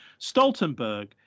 Stoltenberg